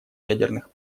ядерных